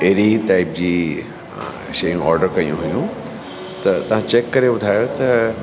अहिड़ी टाइप जी शयूं ऑडर कयूं हुयूं त तव्हां चेक करे ॿुधायो त